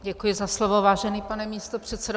Děkuji za slovo, vážený pane místopředsedo.